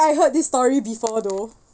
I heard this story before though